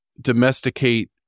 domesticate